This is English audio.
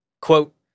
Quote